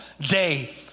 day